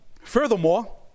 Furthermore